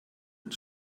and